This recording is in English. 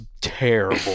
terrible